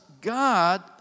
God